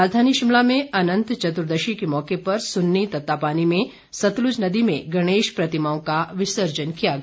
राजधानी शिमला में अनंत चतुर्दशी के मौके पर सुन्नी तत्तापानी में सतलुज नदी में गणेश प्रतिमाओं का विसर्जन किया गया